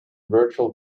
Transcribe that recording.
virtual